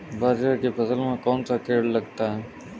बाजरे की फसल में कौन सा कीट लगता है?